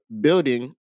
building